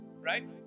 right